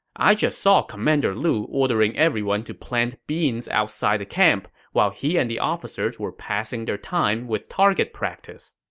i just saw commander lu ordering everyone to plant beans outside the camp, while he and the officers were passing their time with target practice.